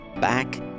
back